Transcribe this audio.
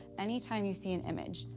anytime you see an image,